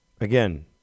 again